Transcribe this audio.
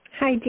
Hi